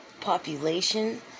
population